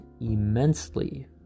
immensely